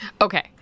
Okay